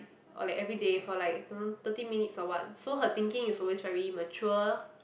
or like everyday for like thirty minutes or what so her thinking is always very mature